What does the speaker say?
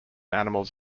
animals